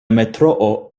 metroo